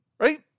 Right